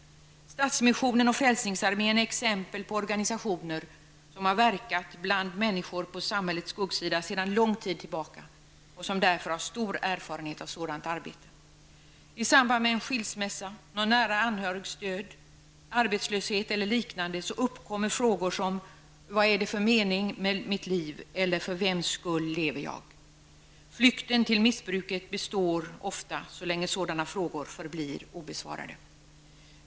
Stadsmissionen och Frälsningsarmén är exempel på organisationer som har verkat bland människor på samhällets skuggsida sedan lång tid tillbaka och som därför har stor erfarenhet av sådant arbete. I samband med en skilsmässa, någon nära anhörigs död, arbetslöshet eller liknande uppkommer frågor som: Vad är det för mening med mitt liv? För vems skull lever jag? Flykten till missbruket består ofta så länge sådana frågor förblir obesvarade.